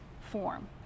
form